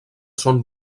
són